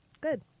Good